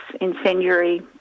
incendiary